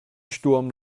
sturm